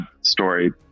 story